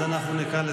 השרה גולן,